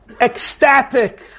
ecstatic